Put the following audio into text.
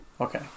Okay